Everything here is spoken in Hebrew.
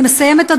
אני מסיימת,